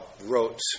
wrote